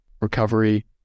recovery